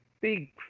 big